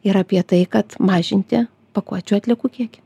ir apie tai kad mažinti pakuočių atliekų kiekį